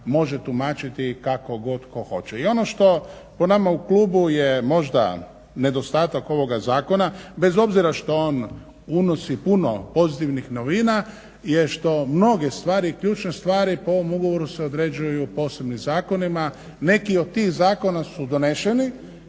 može tumačiti kako god tko hoće. I ono što po nama u klubu je možda nedostatak ovoga zakona bez obzira što on unosi puno pozitivnih novina je što mnoge stvari, ključne stvari po ovom ugovoru se određuju posebnim zakonima. Neki od tih zakona su doneseni